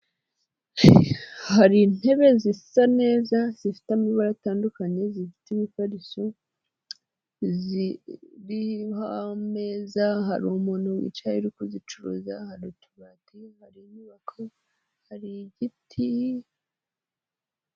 Hari intebe zisa neza zifite amabara atandukanye, zifite imifariso ziriho ameza, hari umuntu wicaye ari kuzicuruza hari utubati, hari inyubako, hari igiti.